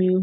μh